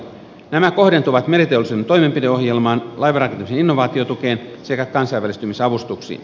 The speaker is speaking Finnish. nämä kohdentuvat meriteollisuuden toimenpideohjelmaan laivanrakennuksen innovaatiotukeen sekä kansainvälistymisavustuksiin